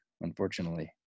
unfortunately